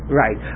right